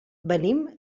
venim